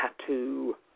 tattoo